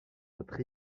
notre